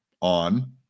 on